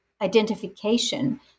identification